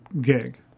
gig